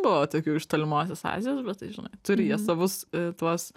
buvo tokių iš tolimosios azijos bet tai žinai turi jie savus tuos